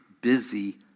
busy